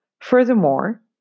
Furthermore